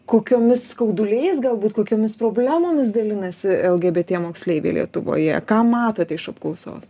kokiomis skauduliais galbūt kokiomis problemomis dalinasi lgbt moksleiviai lietuvoje ką matote iš apklausos